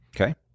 Okay